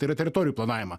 tai yra teritorijų planavimą